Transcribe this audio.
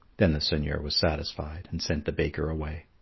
then the seigneur was satisfied and sent the baker away.